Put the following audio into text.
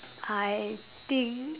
I think